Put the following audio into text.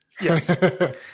yes